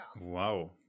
wow